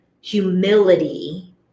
humility